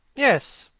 yes,